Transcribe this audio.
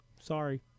Sorry